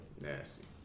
Nasty